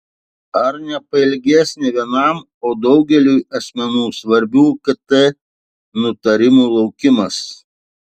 ar nepailgės ne vienam o daugeliui asmenų svarbių kt nutarimų laukimas